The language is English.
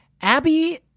Abby